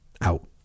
out